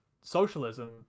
socialism